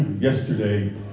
yesterday